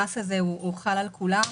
המס הזה חל על כולם.